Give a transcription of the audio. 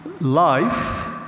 life